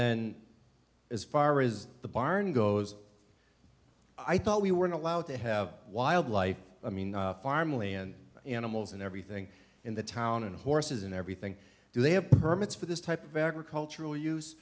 then as far as the barn goes i thought we weren't allowed to have wildlife i mean farm land animals and everything in the town and horses and everything do they have permits for this type of agricultural use